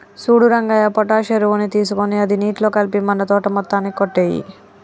సూడు రంగయ్య పొటాష్ ఎరువుని తీసుకొని అది నీటిలో కలిపి మన తోట మొత్తానికి కొట్టేయి